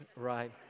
right